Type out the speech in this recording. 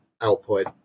output